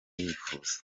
yifuza